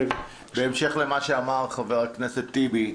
בהמשך למה שאמר חבר הכנסת טיבי,